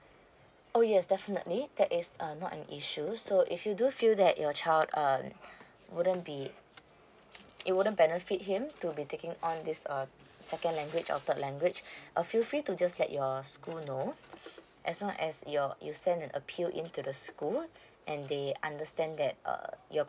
oh yes definitely that is uh not an issue so if you do feel that your child uh wouldn't be it wouldn't benefit him to be taking on this uh second language or third language uh feel free to just let your school know as long as you're you send an appeal in to the school and they understand that uh your